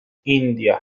india